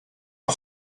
the